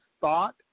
thought